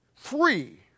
Three